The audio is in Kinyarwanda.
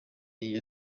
niyo